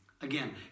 Again